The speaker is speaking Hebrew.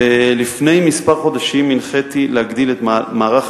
לפני כמה חודשים הנחיתי להגדיל את מערך